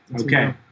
Okay